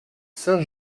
saint